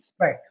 Right